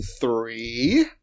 three